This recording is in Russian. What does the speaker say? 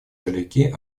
далеки